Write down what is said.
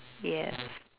yes